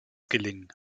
gelingen